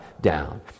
down